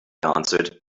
answered